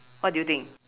what do you think